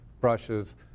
brushes